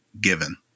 given